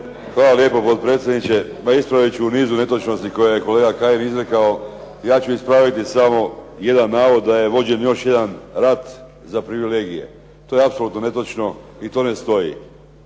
Hvala lijepo potpredsjedniče. Pa ispravit ću niz netočnosti koje je kolega Kajin izrekao. Ja ću ispraviti samo jedan navod da je vođen još jedan rat za privilegije. To je apsolutno netočno i to ne stoji.